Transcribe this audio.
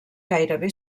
gairebé